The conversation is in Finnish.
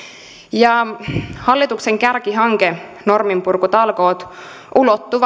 ja hallituksen kärkihanke norminpurkutalkoot ulottuu